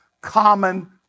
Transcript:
common